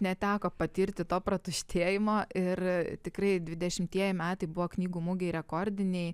neteko patirti to pratuštėjimo ir tikrai dvidešimtieji metai buvo knygų mugei rekordiniai